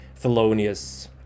Thelonious